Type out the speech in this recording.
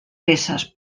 peces